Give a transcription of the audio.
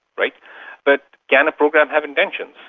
like but can a program have intentions?